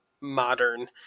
modern